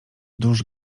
dusz